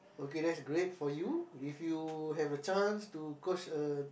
okay that's great for you if you have a chance to coach a